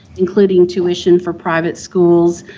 including tuition for private schools,